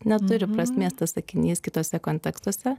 neturi prasmės tas sakinys kituose kontekstuose